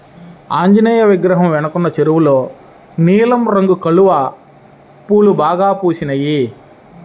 ఆంజనేయ విగ్రహం వెనకున్న చెరువులో నీలం రంగు కలువ పూలు బాగా పూసినియ్